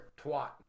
Twat